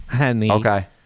Okay